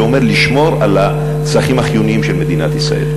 שאומר לשמור על הצרכים החיוניים של מדינת ישראל.